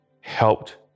Helped